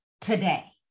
today